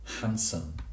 handsome